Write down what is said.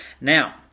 Now